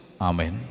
Amen